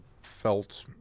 felt